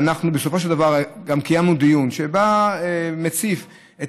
בסופו של דבר גם קיימנו דיון שבא ומציף את